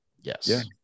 Yes